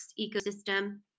ecosystem